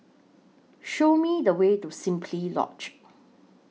Show Me The Way to Simply Lodge